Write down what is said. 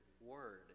word